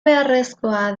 beharrezkoa